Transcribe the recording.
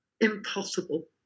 Impossible